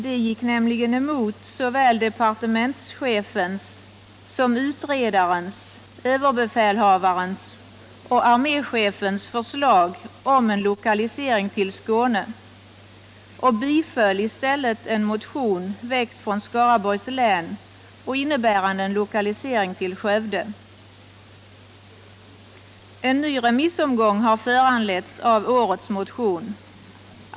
Det gick nämligen emot såväl departementschefens som utredarens, överbefälhavarens och arméchefens förslag om en lokalisering till Skåne och biföll i stället en motion väckt av ledamöter från Skaraborgs län och innebärande en lokalisering till Skövde. En ny remissomgång har föranletts av årets motion.